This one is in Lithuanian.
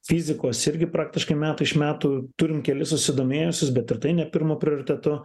fizikos irgi praktiškai metai iš metų turime kelis susidomėjusius bet ir tai ne pirmu prioritetu